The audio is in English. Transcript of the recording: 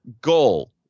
goal